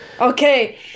Okay